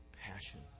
passion